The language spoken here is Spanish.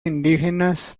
indígenas